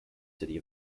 city